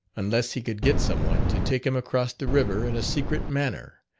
unless he could get some one to take him across the river in a secret manner,